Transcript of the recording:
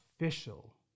official